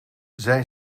zij